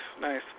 nice